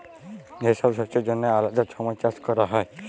ছব শস্যের জ্যনহে আলেদা ছময় চাষ ক্যরা হ্যয়